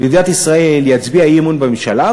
במדינת ישראל יצביע אי-אמון בממשלה,